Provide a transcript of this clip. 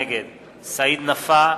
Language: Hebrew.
נגד סעיד נפאע,